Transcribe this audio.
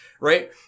right